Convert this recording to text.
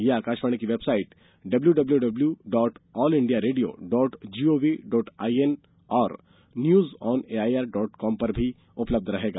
यह आकाशवाणी की website W W W dot All India Radio dot gov dot I N और news on AIR dot com पर भी उपलब्ध रहेगा